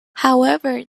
however